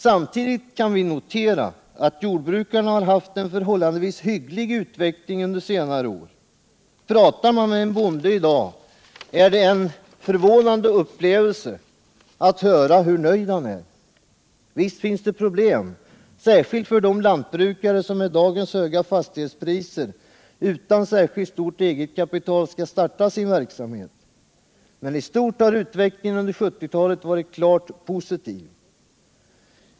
Samtidigt kan vi notera att jordbrukarna har haft en förhållandevis hygglig utveckling under senare år. Pratar man med en bonde i dag, är det en förvånande upplevelse att höra hur nöjd han är. Visst finns det problem, särskilt för de lantbrukare som med dagens höga fastighetspriser utan särskilt stort eget kapital skall starta sin verksamhet. Men i stort har utvecklingen under 1970-talet varit klart positiv.